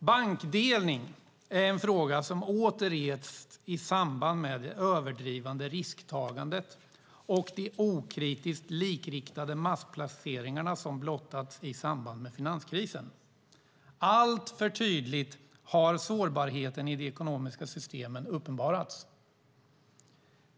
Bankdelning är en fråga som åter rests i samband med det överdrivna risktagandet och de okritiskt likriktade massplaceringarna som blottats i samband med finanskrisen. Alltför tydligt har sårbarheten i de ekonomiska systemen uppenbarats.